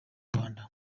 rwanda